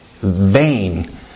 vain